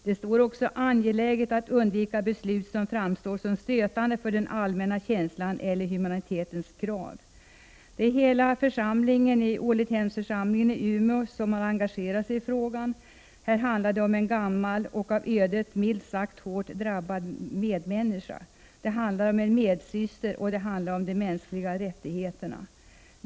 Det står också att det är angeläget att undvika beslut som framstår som stötande för den allmänna rättskänslan eller för humanitetens krav. Hela Ålidhems församling i Umeå har engagerat sig i frågan. Det handlar om en gammal och av ödet, milt sagt, hårt drabbad medmänniska. Det handlar om en medsyster, och det handlar om de mänskliga rättigheterna.